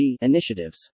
initiatives